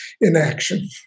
inaction